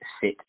sit